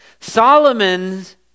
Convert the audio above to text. Solomon's